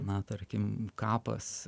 na tarkim kapas